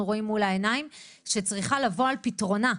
רואים מול העיניים והיא צריכה לבוא על פתרונה.